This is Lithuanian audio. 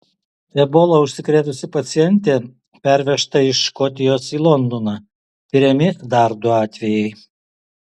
ebola užsikrėtusi pacientė pervežta iš škotijos į londoną tiriami dar du atvejai